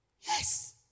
Yes